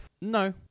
No